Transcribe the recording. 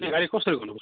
ए भाइ कस्तो भन्नु